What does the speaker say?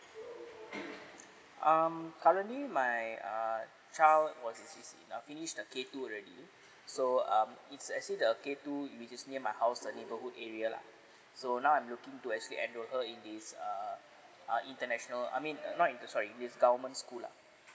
um currently my err child was in C C uh finish the K two already so um it's actually the K two which is near my house the neighbourhood area lah so now I'm looking to actually enrol her in this err uh international I mean not inter sorry is government school lah